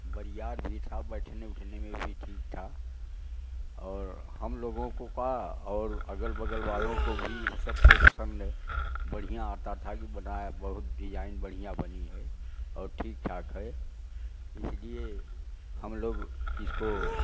बरियार भी था बैठने उठने में भी ठीक था और हम लोगों को का और अगल बगल वालों को भी सबको सबने बढ़िया आता था कि बनाया बहुत डिजाइन बढ़ियाँ बनी है और ठीक ठाक है इसलिए हम लोग इसको